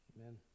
Amen